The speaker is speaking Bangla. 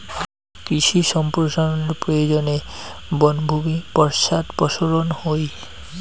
কৃষি সম্প্রসারনের প্রয়োজনে বনভূমি পশ্চাদপসরন হই